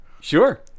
Sure